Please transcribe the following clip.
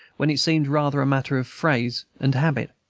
when it seemed rather a matter of phrase and habit.